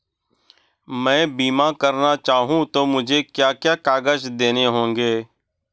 मैं बीमा करना चाहूं तो मुझे क्या क्या कागज़ देने होंगे?